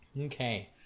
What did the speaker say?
okay